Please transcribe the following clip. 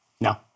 No